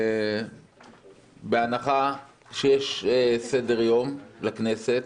בהנחה שיש סדר-יום לכנסת,